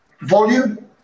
volume